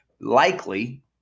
likely